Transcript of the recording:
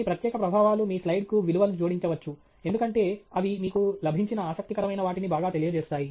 కొన్ని ప్రత్యేక ప్రభావాలు మీ స్లైడ్కు విలువను జోడించవచ్చు ఎందుకంటే అవి మీకు లభించిన ఆసక్తికరమైన వాటిని బాగా తెలియచేస్తాయి